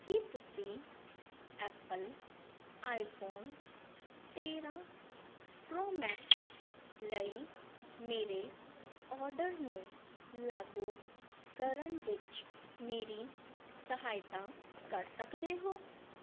ਕੀ ਤੁਸੀਂ Apple iPhone ਤੇਰ੍ਹਾਂ pro max ਲਈ ਮੇਰੇ ਆਰਡਰ ਨੂੰ ਲਾਗੂ ਕਰਨ ਵਿੱਚ ਮੇਰੀ ਸਹਾਇਤਾ ਕਰ ਸਕਦੇ ਹੋ